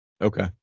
Okay